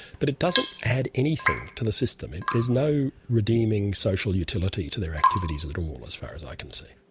but it doesn't add anything to the system. there is no redeeming social utility to their activities at all, as far as i can see.